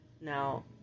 Now